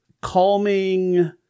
calming